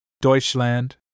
Deutschland